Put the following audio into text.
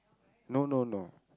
no no no